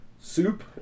soup